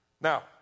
Now